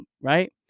Right